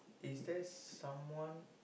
is there someone